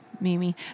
Mimi